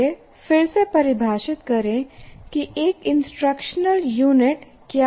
आइए फिर से परिभाषित करें कि एक इंस्ट्रक्शनल यूनिट क्या है